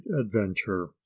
Adventure